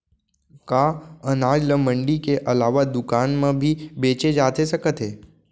का अनाज ल मंडी के अलावा दुकान म भी बेचे जाथे सकत हे?